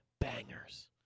bangers